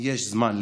יש זמן לפוליטיקה,